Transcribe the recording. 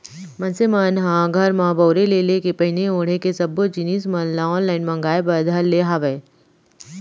मनसे मन ह घर म बउरे ले लेके पहिरे ओड़हे के सब्बो जिनिस मन ल ऑनलाइन मांगए बर धर ले हावय